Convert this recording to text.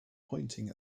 pointing